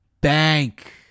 bank